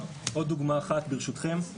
עוד דוגמה אחת, ברשותכם.